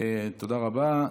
תודה רבה.